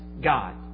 God